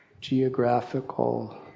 geographical